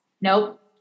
Nope